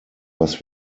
was